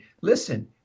Listen